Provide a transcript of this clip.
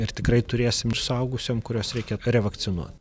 ir tikrai turėsim ir suaugusiem kuriuos reikia revakcinuot